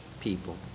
people